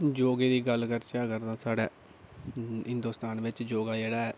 योगे दी गल्ल करचै अगर ते साढै़ हिंदुस्तान बिच्च योगा जेह्ड़ा ऐ